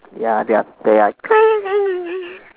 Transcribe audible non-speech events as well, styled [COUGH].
ya they are they are [NOISE]